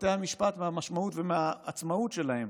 בתי המשפט מהמשמעות ומהעצמאות שלהם,